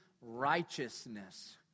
righteousness